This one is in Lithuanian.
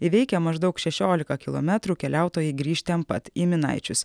įveikę maždaug šešiolika kilometrų keliautojai grįš ten pat į minaičius